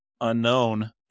unknown